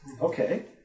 Okay